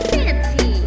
Fancy